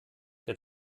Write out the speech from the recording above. der